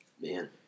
Man